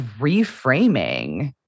reframing